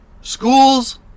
schools